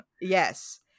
Yes